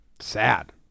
Sad